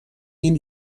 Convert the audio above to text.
این